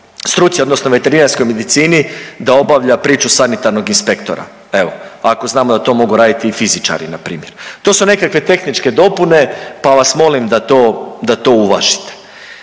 struci odnosno veterinarskoj medicini da obavlja priču sanitarnog inspektora, evo. Ako znamo da to mogu raditi i fizičari, npr. To su nekakve tehničke dopune, pa vas molim da to uvažite.